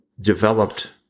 developed